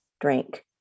drink